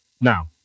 Now